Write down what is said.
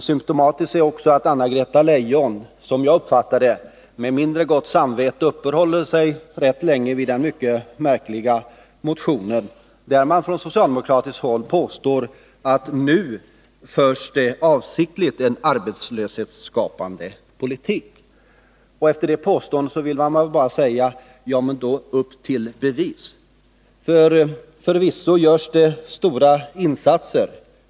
Symtomatiskt är också att Anna-Greta Leijon, med mindre gott samvete som jag uppfattar det, uppehåller sig rätt länge vid den märkliga motion där man från socialdemokratiskt håll påstår att nu förs det avsiktligt en arbetslöshetsskapande politik. Efter det påståendet vill jag bara säga: Upp till bevis! Förvisso görs det stora insatser.